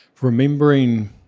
remembering